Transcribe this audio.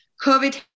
COVID